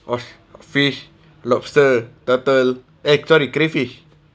oh fish lobster turtle eh sorry crayfish